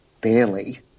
barely